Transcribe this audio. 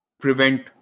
prevent